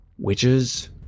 Witches